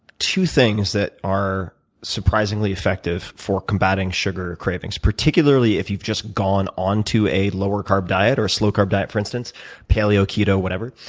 two things that are surprisingly effective for combating sugar cravings, particularly if you've just gone onto a lower carb diet or a slow carb diet for instance paleo, keto, whatever.